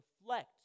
reflect